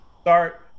start